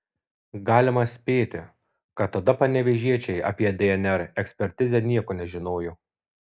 galima spėti kad tada panevėžiečiai apie dnr ekspertizę nieko nežinojo